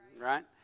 right